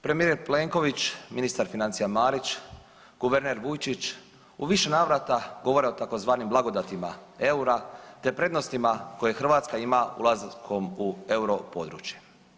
Premijer Plenković, ministar financija Marić, guverner Vujčić u više navrata govore o tzv. blagodatima EUR-a te prednostima koje Hrvatska ima ulaskom u europodručje.